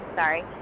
sorry